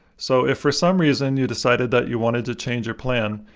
so if for some reason you decided that you wanted to change your plan,